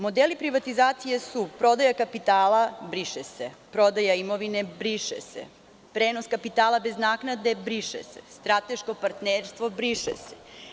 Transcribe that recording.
Modeli privatizacije su prodaja kapitala - briše se, prodaja imovine - briše se, prenos kapitala bez naknade – briše se, strateško partnerstvo – briše se.